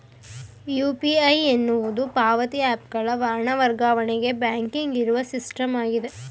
UPI ಎನ್ನುವುದು ಪಾವತಿ app ಗಳ ಹಣ ವರ್ಗಾವಣೆಗೆ ಬ್ಯಾಂಕಿಂಗ್ ಇರುವ ಸಿಸ್ಟಮ್ ಆಗಿದೆ